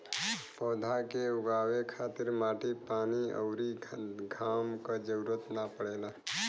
पौधा के उगावे खातिर माटी पानी अउरी घाम क जरुरत ना पड़ेला